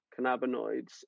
cannabinoids